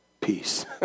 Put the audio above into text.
peace